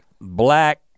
black